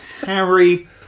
Harry